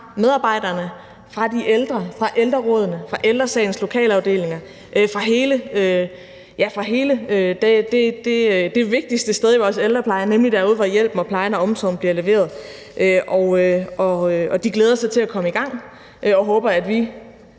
medarbejdernes side, fra de ældre, fra ældrerådene, fra Ældre Sagens lokalafdelinger, fra hele det vigtigste sted i vores ældrepleje, nemlig derude, hvor hjælpen, plejen og omsorgen bliver leveret. De glæder sig til at komme i gang og håber, at vi